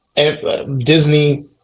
Disney